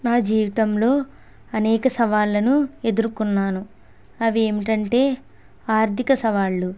నా జీవితంలో అనేక సవాళ్లను ఎదుర్కొన్నాను అవి ఏమిటంటే ఆర్థిక సవాళ్లు